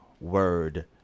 word